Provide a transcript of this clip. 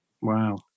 Wow